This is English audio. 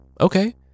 Okay